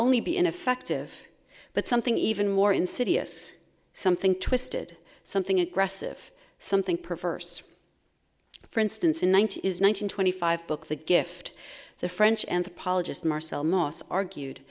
only be ineffective but something even more insidious something twisted something aggressive something perverse for instance in one thousand nine hundred twenty five book the gift the french anthropologist marcel moss argued